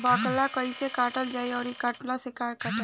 बाकला कईसे काटल जाई औरो कट्ठा से कटाई?